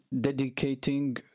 dedicating